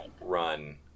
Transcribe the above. run